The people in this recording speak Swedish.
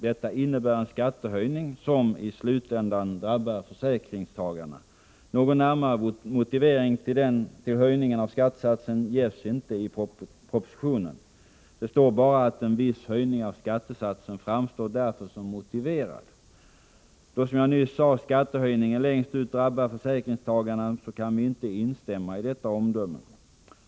Detta innebär en skattehöjning som i slutändan drabbar försäkringstagarna. Någon närmare motivering till höjningen av skattesatsen ges inte i propositionen. Det står bara: ”En viss höjning av skattesatsen framstår därför som motiverad.” Då, som jag nyss sade, skattehöjningen i förlängningen drabbar försäkringstagarna kan vi inte instämma i detta.